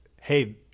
hey